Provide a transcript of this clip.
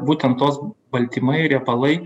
būtent tos baltymai riebalai